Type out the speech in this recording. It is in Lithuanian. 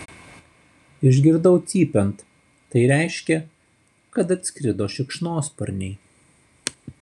išgirdau cypiant tai reiškė kad atskrido šikšnosparniai